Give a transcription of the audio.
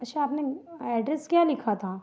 अच्छा आपने एड्रेस क्या लिखा था